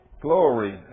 Glory